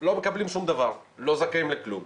לא מקבלים שום דבר, לא זכאים לכלום.